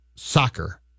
Soccer